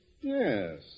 Yes